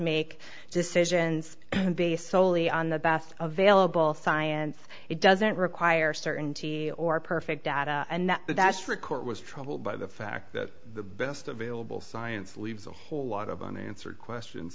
make decisions based soley on the best available science it doesn't require certainty or perfect data and that the national court was troubled by the fact that the best available science leaves a whole lot of unanswered questions